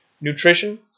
nutrition